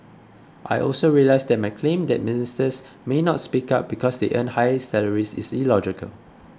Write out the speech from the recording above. I also realise that my claim that Ministers may not speak up because they earn high salaries is illogical